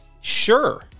Sure